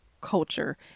culture